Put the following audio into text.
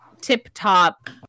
tip-top